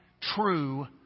true